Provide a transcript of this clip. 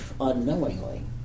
unknowingly